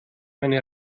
meine